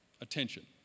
attention